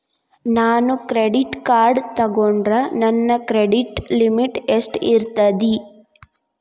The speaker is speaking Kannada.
ನಾನು ಕ್ರೆಡಿಟ್ ಕಾರ್ಡ್ ತೊಗೊಂಡ್ರ ನನ್ನ ಕ್ರೆಡಿಟ್ ಲಿಮಿಟ್ ಎಷ್ಟ ಇರ್ತದ್ರಿ?